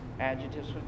adjectives